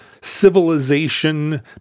civilization